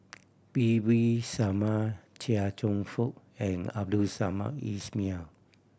P V Sharma Chia Cheong Fook and Abdul Samad Ismail